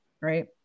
right